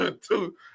Two